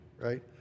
right